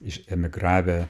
iš emigravę